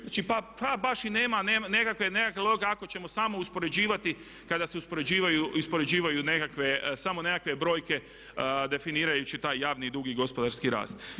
Znači pa baš i nema nekakve logike ako ćemo samo uspoređivati kada se uspoređuju samo nekakve brojke definirajući taj javni dug i gospodarski rast.